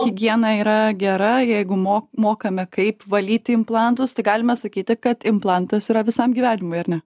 higiena yra gera jeigu mo mokame kaip valyti implantus tai galime sakyti kad implantas yra visam gyvenimui ar ne